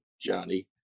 johnny